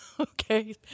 Okay